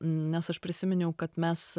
nes aš prisiminiau kad mes